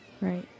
Right